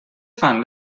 fan